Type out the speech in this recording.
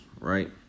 right